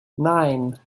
nine